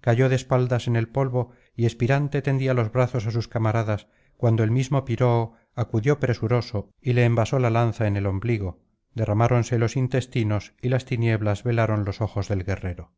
cayó de espaldas en el polvo y expirante tendía los brazos á sus camaradas cuando el mismo piroo acudió presuroso y le envasó la lanza en el ombligo derramáronse los intestinos y las tinieblas velaron los ojos del guerrero